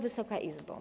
Wysoka Izbo!